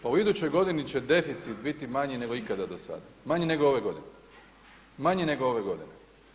Pa u idućoj godini će deficit biti manji nego ikada do sada, manji nego ove godine, manji nego ove godine.